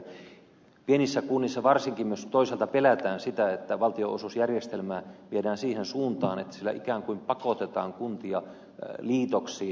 toisaalta varsinkin pienissä kunnissa myös pelätään sitä että valtionosuusjärjestelmää viedään siihen suuntaan että sillä ikään kuin pakotetaan kuntia liitoksiin